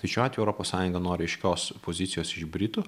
tai šiuo atveju europos sąjunga nori aiškios pozicijos iš britų